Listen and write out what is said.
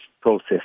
process